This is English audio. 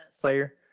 Player